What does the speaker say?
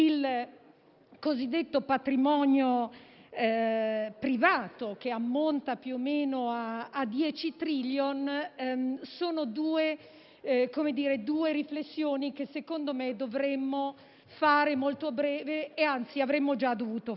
cosiddetto patrimonio privato, che ammonta più o meno a 10 *trillion*. Queste sono due riflessioni che, secondo me, dovremo fare molto a breve e che anzi avremmo già dovuto fare.